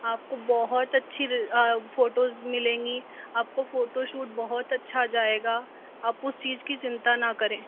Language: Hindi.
आपको बहुत अच्छी फोटोज़ मिलेंगी आपका फोटोशूट बहुत अच्छा जाएगा आप उस चीज़ की चिंता ना करें